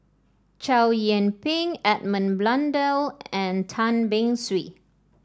Chow Yian Ping Edmund Blundell and Tan Beng Swee